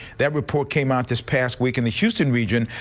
that report came out this past week in the houston region.